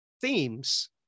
themes